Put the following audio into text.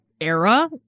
era